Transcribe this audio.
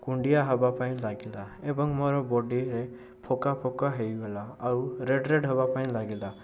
କୁଣ୍ଡିଆ ହେବା ପାଇଁ ଲାଗିଲା ଏବଂ ମୋ ବଡ଼ିରେ ଫୋକା ଫୋକା ହୋଇଗଲା ଆଉ ରେଡ଼୍ ରେଡ଼୍ ହେବା ପାଇଁ ଲାଗିଲା